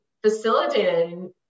Facilitated